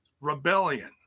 Rebellion